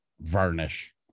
varnish